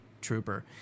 trooper